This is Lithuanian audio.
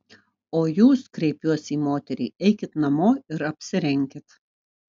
o jūs kreipiuos į moterį eikit namo ir apsirenkit